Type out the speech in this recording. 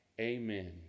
Amen